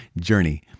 journey